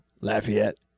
Lafayette